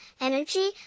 energy